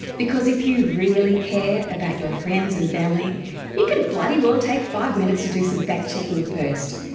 because if you really care about your friends and family you can bloody well take five minutes to do some fact checking first!